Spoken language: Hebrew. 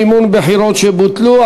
מימון בחירות שבוטלו),